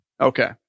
Okay